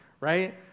right